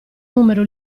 numero